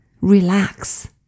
Relax